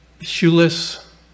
shoeless